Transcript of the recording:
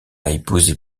épousé